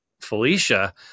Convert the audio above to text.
felicia